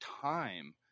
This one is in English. time